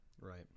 Right